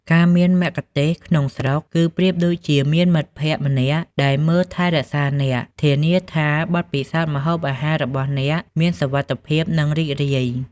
ការមានមគ្គុទ្ទេសក៍ក្នុងស្រុក គឺប្រៀបដូចជាមានមិត្តភ័ក្តិម្នាក់ដែលមើលថែរក្សាអ្នក ធានាថាបទពិសោធន៍ម្ហូបអាហាររបស់អ្នកមានសុវត្ថិភាព និងរីករាយ។